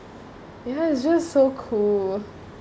ya it's just so cool